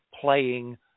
playing